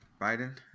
Biden